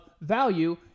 value